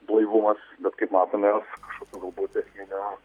blaivumas bet kaip matom jos kažkokių galbūt techninių